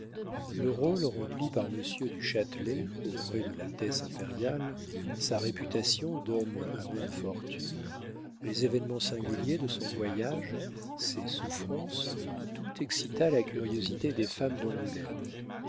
le rôle rempli par monsieur du châtelet auprès de l'altesse impériale sa réputation d'homme à bonnes fortunes les événements singuliers de son voyage ses souffrances tout excita la curiosité des femmes